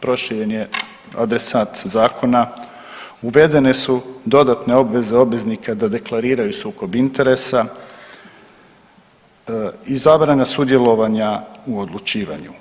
Proširen je adresat Zakona, uvedene su dodatne obveze obveznika da deklariraju sukob interesa, izabrana sudjelovanja u odlučivanju.